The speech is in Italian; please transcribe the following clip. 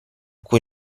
cui